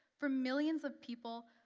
for millions of people,